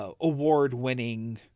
Award-winning